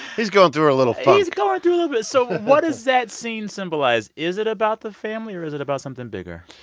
he's going through a little funk he's going through a little bit. so but what does that scene symbolize? is it about the family? or is it about something bigger?